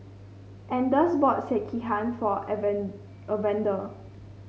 Anders bought Sekihan for Evander